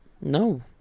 No